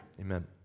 amen